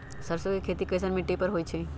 सरसों के खेती कैसन मिट्टी पर होई छाई?